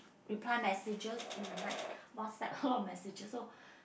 reply messages in the night WhatsApp a lot of messages so